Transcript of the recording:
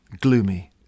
gloomy